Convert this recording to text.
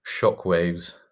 shockwaves